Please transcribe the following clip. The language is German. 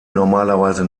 normalerweise